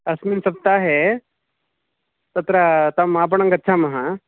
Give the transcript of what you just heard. अस्मिन् सप्ताहे तत्र तम् आपणं गच्छामः